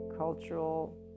cultural